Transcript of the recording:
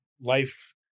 life